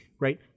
right